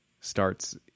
starts